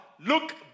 look